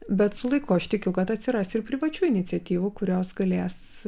bet su laiku aš tikiu kad atsiras ir privačių iniciatyvų kurios galės